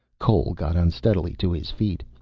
cole got unsteadily to his feet.